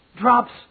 drops